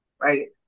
right